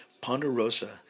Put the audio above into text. Ponderosa